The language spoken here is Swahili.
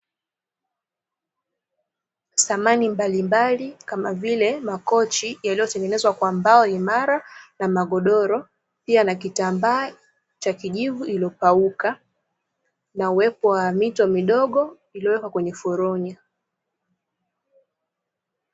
Samani mbalimbali kama vile makochi, yaliyotengenezwa kwa mbao imara na magodoro, pia na kitambaa cha kijivu iliyopauka, na uwepo wa mito midogo iliyowekwa kwenye foronya.